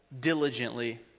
diligently